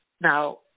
Now